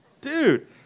dude